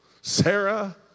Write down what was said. Sarah